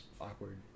awkward